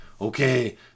Okay